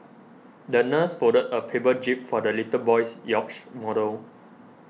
the nurse folded a paper jib for the little boy's yacht model